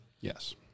Yes